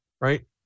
right